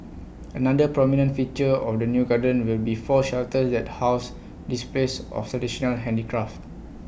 another prominent feature of the new garden will be four shelters that house displays of traditional handicraft